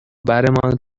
برمان